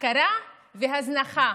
הפקרה והזנחה.